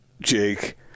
Jake